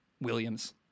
Williams